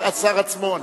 סגן השר עצמו ענה.